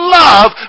love